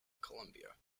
colombia